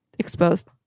exposed